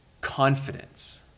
confidence